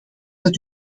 dat